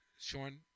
Sean